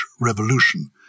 Revolution